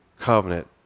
covenant